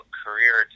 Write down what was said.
career